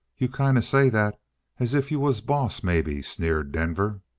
you kind of say that as if you was boss, maybe, sneered denver.